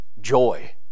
joy